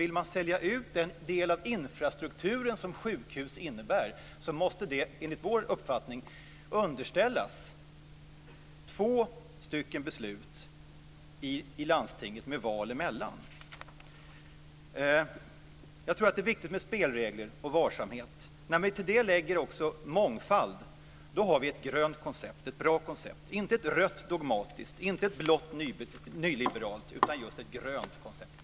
Vill man sälja ut den del av infrastrukturen som sjukhus innebär måste det enligt vår uppfattning underställas två beslut i landstinget med val emellan. Jag tror att det är viktigt med spelregler och varsamhet. När vi till det lägger också mångfald har vi ett grönt koncept - ett bra koncept. Vi har inte ett rött dogmatiskt, och inte ett blått nyliberalt, utan just ett grönt koncept.